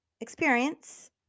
experience